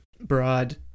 broad